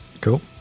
cool